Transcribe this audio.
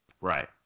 Right